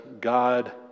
God